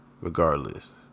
Regardless